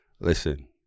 Listen